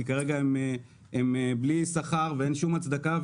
כי כרגע הם בלי שכר ואין לכך שום הצדקה,